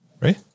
Right